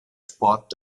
sport